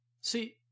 See